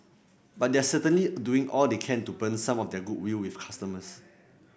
but they're certainly doing all they can to burn some of their goodwill with customers